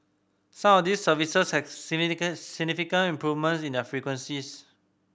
some of these services have significant significant improvement in their frequencies